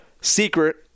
secret